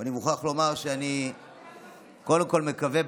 ואני מוכרח לומר שאני קודם כול מקווה,